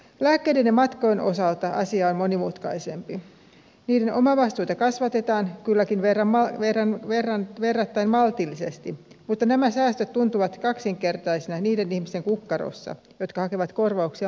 lääkkeiden ja matkojen osalta asia on monimutkaisempi niiden omavastuita kasvatetaan kylläkin verrattain maltillisesti mutta nämä säästöt tuntuvat kaksinkertaisina niiden ihmisten kukkarossa jotka hakevat korvauksia molempiin